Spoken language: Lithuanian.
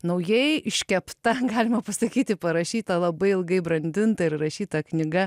naujai iškepta galima pasakyti parašyta labai ilgai brandinta ir rašyta knyga